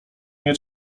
nie